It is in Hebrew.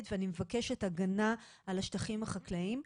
ואני מבקשת הגנה על השטחים החקלאיים.